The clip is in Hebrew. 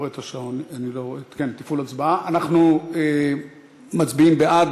אנחנו מצביעים בעד,